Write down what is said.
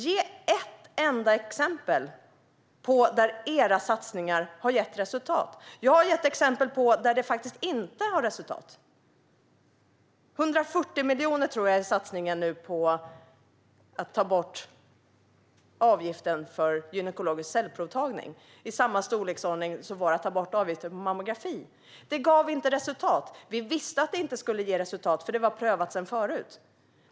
Ge ett enda exempel där era satsningar har gett resultat! Jag har gett exempel där de inte har gett resultat. Satsningen på att ta bort avgiften för gynekologisk cellprovtagning uppgår till 140 miljoner, tror jag. Det är i samma storleksordning som vår satsning på att ta bort avgiften för mammografi. Satsningen gav inte resultat. Vi visste att den inte skulle ge resultat, för det hade redan prövats.